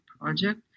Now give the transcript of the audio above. project